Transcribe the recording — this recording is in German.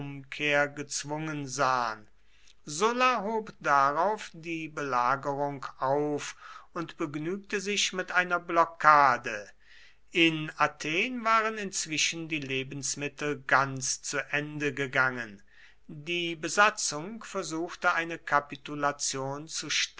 umkehr gezwungen sahen sulla hob darauf die belagerung auf und begnügte sich mit einer blockade in athen waren inzwischen die lebensmittel ganz zu ende gegangen die besatzung versuchte eine kapitulation